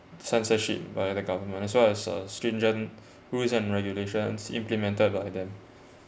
censorship by the government as well as the stringent rules and regulations implemented by them